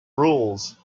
rules